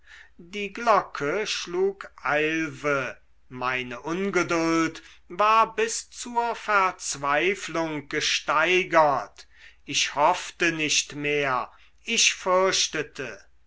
die glocke schlug eilfe meine ungeduld war bis zur verzweiflung gesteigert ich hoffte nicht mehr ich fürchtete